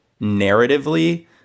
narratively